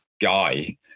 guy